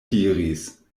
diris